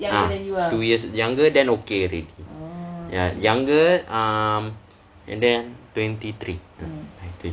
ah two years younger than okay already ya younger um and then twenty three